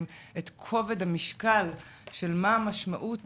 את כובד המשקל של מה המשמעות